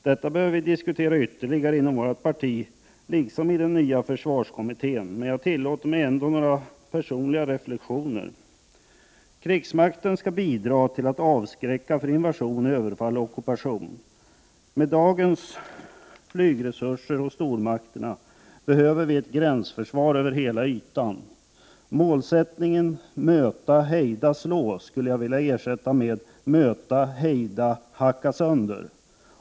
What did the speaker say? Detta behöver vi diskutera ytterligare inom vårt parti liksom i den nya försvarskommittén, men jag tillåter mig ändå några personliga reflexioner. Krigsmakten skall bidra till att avskräcka från invasion, överfall och ockupation. Med dagens flygresurser hos stormakterna behöver vi ett gränsförsvar över hela ytan. Målsättningen Möta, hejda, slå skulle jag vilja ersätta med: Möta, hejda, hacka sönder.